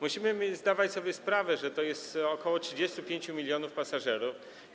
Musimy zdawać sobie sprawę, że to jest ok. 35 mln pasażerów.